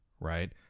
Right